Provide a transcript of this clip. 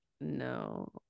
No